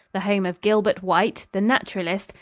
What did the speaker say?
the home of gilbert white, the naturalist,